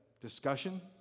discussion